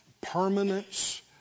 permanence